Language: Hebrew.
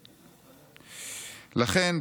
"לכן,